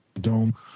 dome